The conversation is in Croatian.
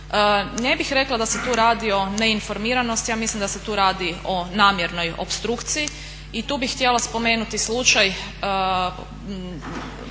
Ne bih rekla da se tu radi o neinformiranosti. Ja mislim da se tu radi o namjernoj opstrukciji i tu bih htjela spomenuti slučaj,